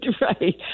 right